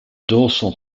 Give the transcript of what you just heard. dorsal